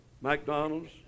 McDonald's